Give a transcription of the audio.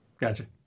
gotcha